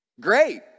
Great